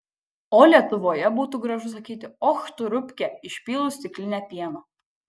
o lietuvoje būtų gražu sakyti och tu rupke išpylus stiklinę pieno